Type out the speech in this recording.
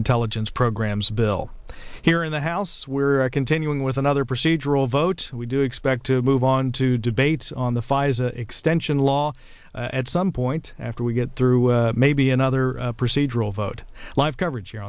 intelligence programs bill here in the house where i continuing with another procedural vote we do expect to move on to debate on the pfizer extension law at some point after we get through maybe another procedural vote live coverage here